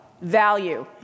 value